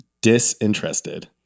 disinterested